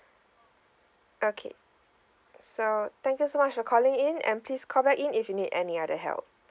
okay so thank you so much for calling in and please call back in if you need any other help